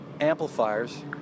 Amplifiers